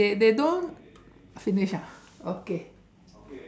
they they don't finish ah okay